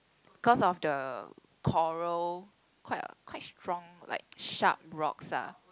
cause of the coral quite quite strong like sharp rocks ah